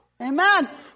Amen